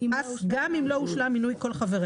גם אם לא הושלם מינוי כל חבריה.